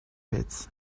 pits